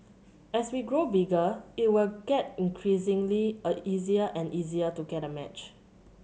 as we grow bigger it will get increasingly a easier and easier to get a match